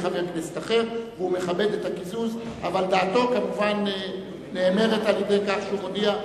נגד, אחד נמנע.